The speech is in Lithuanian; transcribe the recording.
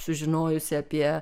sužinojusi apie